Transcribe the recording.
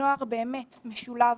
נוער באמת משולב,